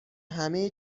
همه